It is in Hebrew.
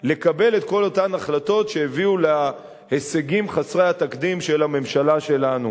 לקבל את כל אותן החלטות שהביאו להישגים חסרי התקדים של הממשלה שלנו.